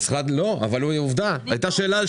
בפנייה מס'